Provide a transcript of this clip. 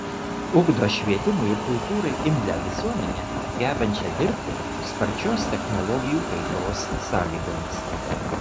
ugdo švietimui ir kultūrai imlią visuomenę gebančią dirbti sparčios technologijų kaitos sąlygomis